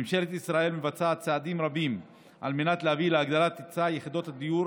ממשלת ישראל מבצעת צעדים רבים על מנת להביא להגדלת היצע יחידות הדיור,